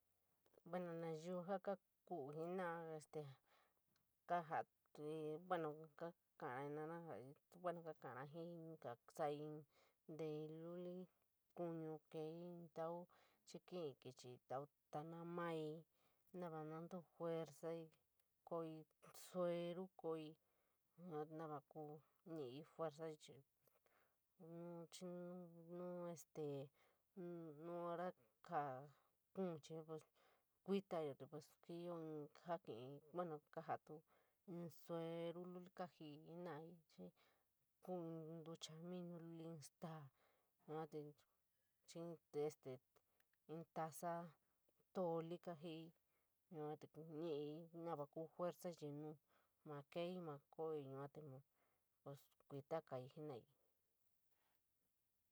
Bueno, ñayiu ja kekuyo jenora este kajoi buuna kakara na buuno ke kaeji jii ka son’in te’ lule kuu keeli in tou xi’kifií kee chií in tau tana mali nova tu fursaií kuói euvó joo, nova koo ñiií fursaií chií nu, chií, nu este nu buuna ja kubín chiñin pos kutayo pas ñtiñyo in ña’kifií buuno kañoií ñu sueru dui kañii jenora abin kuoi in ñuchamiño luli jii in staa yuu te kudosoi jii taoñ tolí kañifií yua te ñiñi nova koo fueraií chií nu ma keeli, ma koioí, yua te pos kutogaií jenoraií.